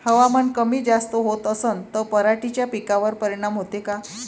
हवामान कमी जास्त होत असन त पराटीच्या पिकावर परिनाम होते का?